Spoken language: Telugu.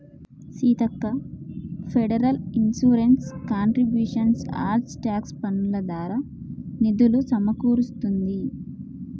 సీతక్క ఫెడరల్ ఇన్సూరెన్స్ కాంట్రిబ్యూషన్స్ ఆర్ట్ ట్యాక్స్ పన్నులు దారా నిధులులు సమకూరుస్తుంది